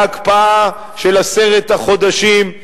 וההקפאה של עשרת החודשים,